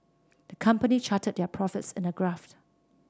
the company charted their profits in a graph